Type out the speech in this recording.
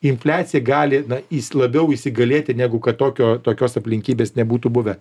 infliacija gali na jis labiau įsigalėti negu kad tokio tokios aplinkybės nebūtų buvę